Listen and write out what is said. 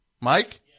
Mike